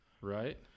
right